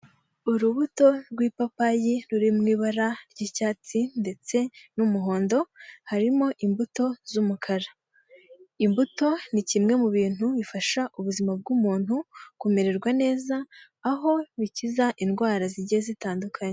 Urubuto rw'ipapayi ruri mu ibara ry'icyatsi ndetse n'umuhondo harimo imbuto z'umukara imbuto ni kimwe mu bintu bifasha ubuzima bw'umuntu kumererwa neza aho bikiza indwara zigiye zitandukanye.